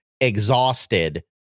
exhausted